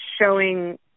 showing